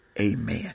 amen